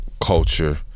culture